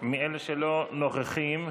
מאלה שלא נוכחים,